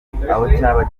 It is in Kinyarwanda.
gituruka